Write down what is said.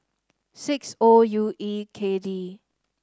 six O U E K D